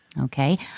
Okay